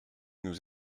nous